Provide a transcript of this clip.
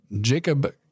Jacob